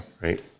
Right